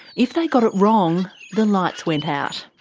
if they got it wrong the lights went out.